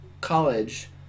college